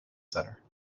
center